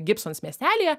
gibsons miestelyje